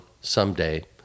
someday